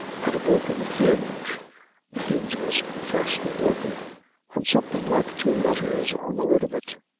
had a broken hinge the hinge was freshly broken and something like two letters on the lid of it.